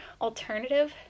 alternative